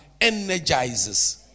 energizes